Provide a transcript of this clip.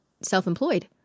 self-employed